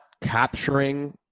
capturing